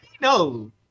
no